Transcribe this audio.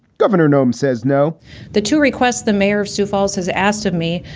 governor nome says no the two requests the mayor of sioux falls has asked of me.